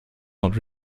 not